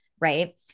right